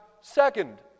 second